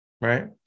right